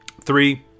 Three